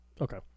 Okay